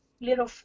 little